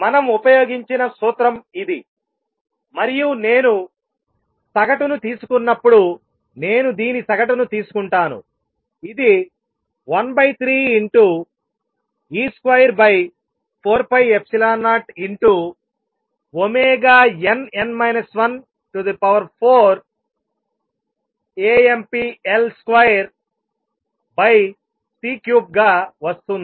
మనం ఉపయోగించిన సూత్రం ఇది మరియు నేను సగటును తీసుకున్నప్పుడు నేను దీని సగటును తీసుకుంటాను ఇది 13e24π0nn 14Ampl2c3 గా వస్తుంది